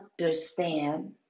understand